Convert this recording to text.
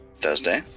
Thursday